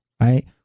right